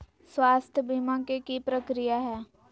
स्वास्थ बीमा के की प्रक्रिया है?